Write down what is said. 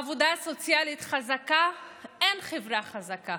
עובדים סוציאליים ובלי עבודה סוציאלית חזקה אין חברה חזקה,